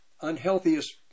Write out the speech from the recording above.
unhealthiest